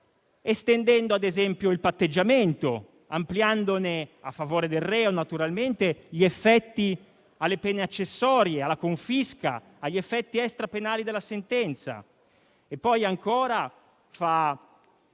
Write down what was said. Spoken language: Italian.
estendendo il patteggiamento, ampliandone (a favore del reo naturalmente) gli effetti alle pene accessorie, alla confisca, agli effetti extrapenali della sentenza. Inoltre,